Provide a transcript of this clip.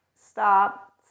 stop